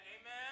amen